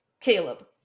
Caleb